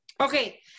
okay